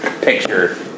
picture